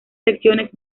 secciones